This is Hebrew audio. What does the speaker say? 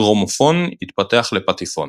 הגרמופון התפתח לפטיפון.